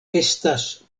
estas